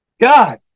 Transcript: God